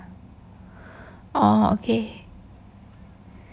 oh okay